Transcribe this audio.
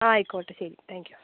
ആയിക്കോട്ടെ ശരി thank U